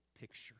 picture